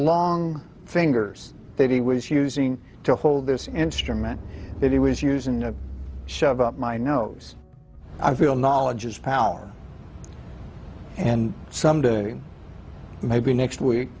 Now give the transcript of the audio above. long fingers fade he was using to hold this instrument that he was using a shove up my nose i feel knowledge is power and someday maybe next week